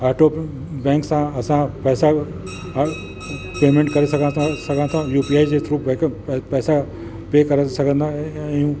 auto bank सां असां पैसा पेमेंट करे सघंदासीं सघंदसि यू पी आई जे थ्रू बैकअप प पैसा पे करे सघंदा अ आहियूं